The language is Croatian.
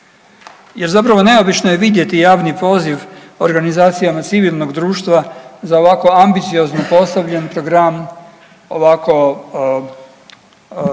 Jer zapravo neobično je vidjeti javni poziv organizacijama civilnog društva za ovako ambiciozno postavljen program ovako